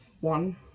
one